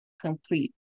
complete